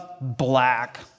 black